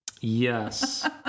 Yes